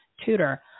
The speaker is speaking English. tutor